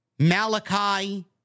Malachi